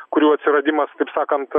kurių atsiradimas taip sakant